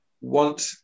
want